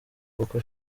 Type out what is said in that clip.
kuko